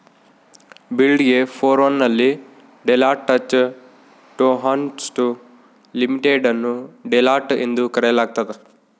ಬಿಗ್ಡೆ four one ನಲ್ಲಿ Deloitte Touche Tohmatsu Limited ಅನ್ನು Deloitte ಎಂದು ಕರೆಯಲಾಗ್ತದ